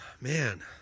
man